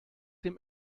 dem